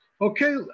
okay